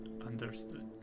understood